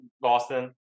Boston